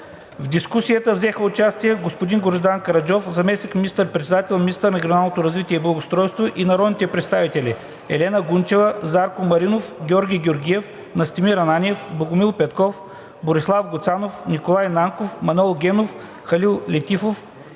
В дискусията взеха участие господин Гроздан Караджов – заместник министър-председател и министър на регионалното развитие и благоустройството, и народните представители Елена Гунчева, Зарко Маринов, Георги Георгиев, Настимир Ананиев, Богомил Петков, Борислав Гуцанов, Николай Нанков, Манол Генов, Халил Летифов